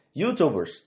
YouTubers